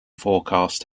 forecast